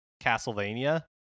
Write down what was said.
Castlevania